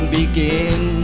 begin